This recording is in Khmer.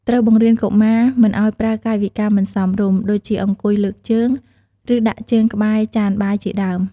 ត្រូវបង្រៀនកុមារ មិនឲ្យប្រើកាយវិការមិនសមរម្យ ដូចជាអង្គុយលើកជើង ឬដាក់ជើងក្បែរចានបាយជាដើម។